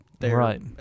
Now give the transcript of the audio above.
right